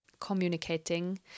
communicating